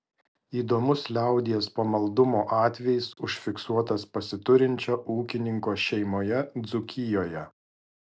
įdomus liaudies pamaldumo atvejis užfiksuotas pasiturinčio ūkininko šeimoje dzūkijoje